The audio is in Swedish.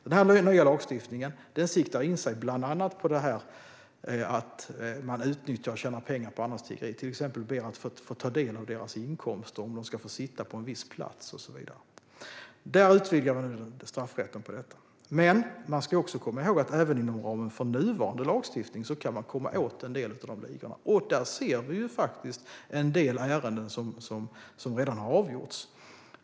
Den nya lagstiftningen siktar in sig på bland annat detta att man utnyttjar och tjänar pengar på andras tiggeri, till exempel ber att få ta del av deras inkomster om de ska få sitta på en viss plats. Där utvidgar vi nu straffrätten. Men man ska komma ihåg att även inom ramen för nuvarande lagstiftning kan man komma åt en del av dessa ligor, och där ser vi en del ärenden som redan har avgjorts.